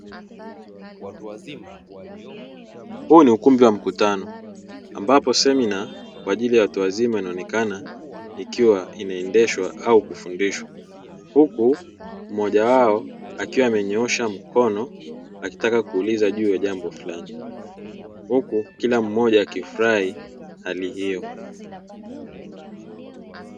Huu ni ukumbi wa mkutano ambapo semina kwa ajili ya watu wazima inaonekana ikiwa inaendeshwa au kufundishwa, huku mmoja wao akiwa amenyoosha mkono akitaka kuuliza juu ya jambo fulani, huku kila mmoja akifurahi hali hio.